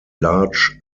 large